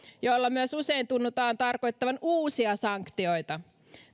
joilla myös usein tunnutaan tarkoittavan uusia sanktioita